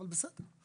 אבל בסדר.